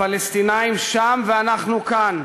הפלסטינים שם ואנחנו כאן.